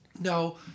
No